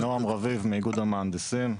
נועם רביב מאיגוד המהנדסים.